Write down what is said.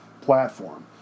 platform